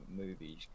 movies